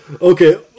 Okay